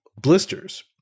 blisters